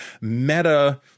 meta